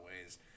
ways